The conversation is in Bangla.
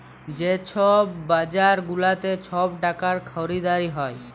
যে ছব বাজার গুলাতে ছব টাকার খরিদারি হ্যয়